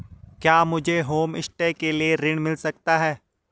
क्या मुझे होमस्टे के लिए ऋण मिल सकता है?